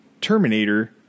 Terminator